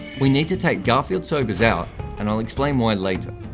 we need to take garfield sobers out and i'll explain why later.